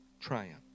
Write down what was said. triumph